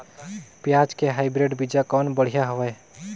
पियाज के हाईब्रिड बीजा कौन बढ़िया हवय?